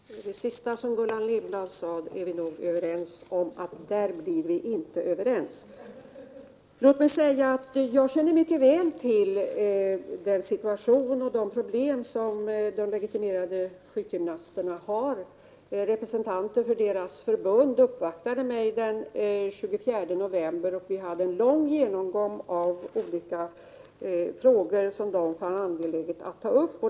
Herr talman! När det gäller det sista som Gullan Lindblad sade är vi nog överens om att vi inte kommer att bli överens. Jag känner mycket väl till den situation och de problem som de legitimerade sjukgymnasterna har. Representanter för deras förbund uppvaktade mig den 24 november, och vi hade en lång genomgång av olika frågor som de fann angelägna att ta upp.